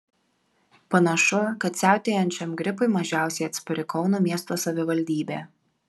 panašu kad siautėjančiam gripui mažiausiai atspari kauno miesto savivaldybė